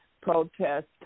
protest